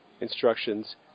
instructions